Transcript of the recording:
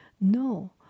No